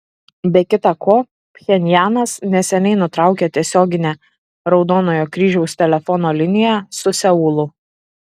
be kita ko pchenjanas neseniai nutraukė tiesioginę raudonojo kryžiaus telefono liniją su seulu